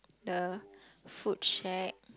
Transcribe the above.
the food shack